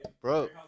Bro